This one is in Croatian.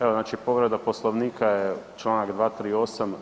Evo znači povreda Poslovnika je, čl. 238.